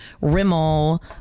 Rimmel